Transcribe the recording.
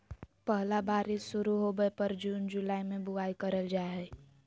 पहला बारिश शुरू होबय पर जून जुलाई में बुआई करल जाय हइ